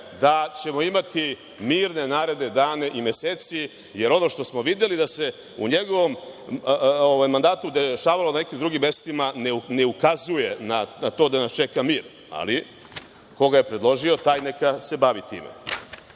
da ćemo imati mirne naredne dane i mesece, jer ono što smo videli da se u njegovom mandatu dešavalo na nekim drugim mestima ne ukazuje na to da nas čeka mir, ali ko ga je predložio neka se bavi